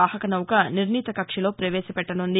వాహక నౌక నిర్ణీత కక్ష్మలో ప్రవేశ పెట్టనున్నది